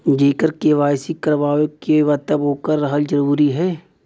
जेकर के.वाइ.सी करवाएं के बा तब ओकर रहल जरूरी हे?